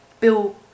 Bill